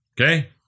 Okay